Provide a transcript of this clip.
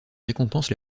récompense